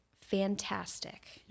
fantastic